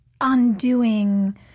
undoing